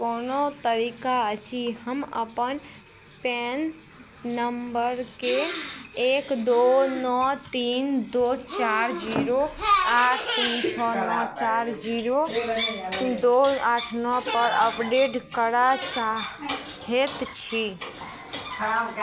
कोनो तरीका अछि हम अपन पैन नम्बरकेँ एक दुइ नओ तीन दुइ चारि जीरो आठ तीन छओ नओ चारि जीरो दुइ आठ नओपर अपडेट करै चाहै छी